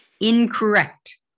Incorrect